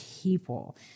people